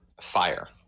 fire